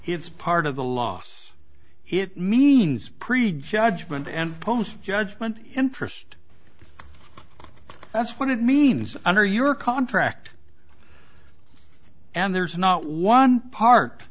it's part of the loss it means prejudgment and post judgment interest that's what it means under your contract and there's not one part